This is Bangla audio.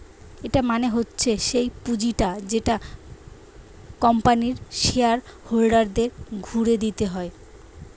এটা মনে হচ্ছে সেই পুঁজিটা যেটা কোম্পানির শেয়ার হোল্ডারদের ঘুরে দিতে হয়